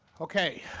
ok,